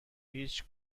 هیچ